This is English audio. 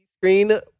screen